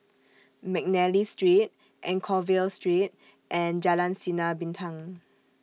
Mcnally Street Anchorvale Street and Jalan Sinar Bintang